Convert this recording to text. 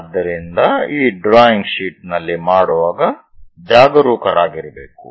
ಆದ್ದರಿಂದ ಈ drawing sheet ನಲ್ಲಿ ಮಾಡುವಾಗ ಜಾಗರೂಕರಾಗಿರಬೇಕು